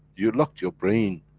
you locked your brain,